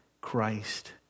Christ